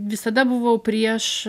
visada buvau prieš